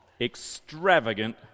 extravagant